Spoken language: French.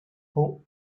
poe